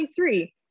23